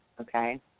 Okay